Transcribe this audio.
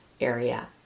area